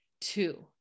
Two